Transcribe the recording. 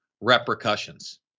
repercussions